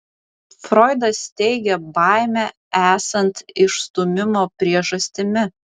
froidas teigia baimę esant išstūmimo priežastimi